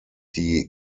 die